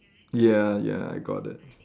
ya ya I got it